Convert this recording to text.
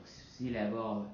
sea level